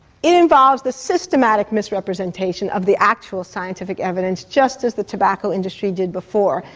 it involves the systematic misrepresentation of the actual scientific evidence, just as the tobacco industry did before.